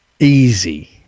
Easy